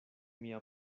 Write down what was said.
mia